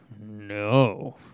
no